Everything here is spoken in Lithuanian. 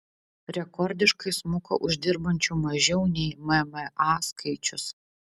rekordiškai smuko uždirbančių mažiau nei mma skaičius